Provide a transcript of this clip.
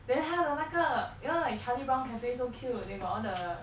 then 他的那个 you know like charlie brown cafe so cute they got all the